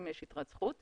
אם יש יתרת זכות